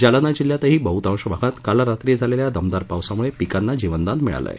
जालना जिल्ह्यातील बहतांशी भागात काल रात्री झालेल्या दमदार पावसामुळे पिकांना जीवनदान मिळाल आहे